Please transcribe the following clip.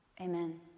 Amen